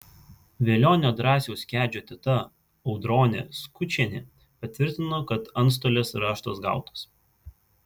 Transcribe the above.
velionio drąsiaus kedžio teta audronė skučienė patvirtino kad antstolės raštas gautas